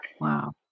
Wow